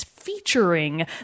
featuring